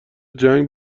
جنگ